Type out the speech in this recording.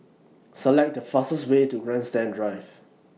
Select The fastest Way to Grandstand Drive